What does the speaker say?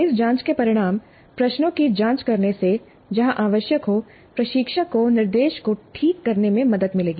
इस जांच के परिणाम प्रश्नों की जांच करने से जहां आवश्यक हो प्रशिक्षक को निर्देश को ठीक करने में मदद मिलेगी